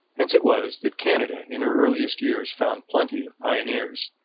hence it was that canada in her earliest years found plenty of pioneers,